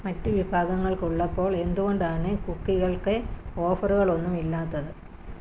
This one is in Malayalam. മറ്റു വിഭാഗങ്ങൾക്കുള്ളപ്പോൾ എന്തുകൊണ്ടാണ് കുക്കികൾക്ക് ഓഫറുകളൊന്നുമില്ലാത്തത്